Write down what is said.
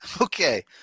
Okay